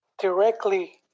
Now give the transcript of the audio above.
directly